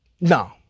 No